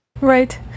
right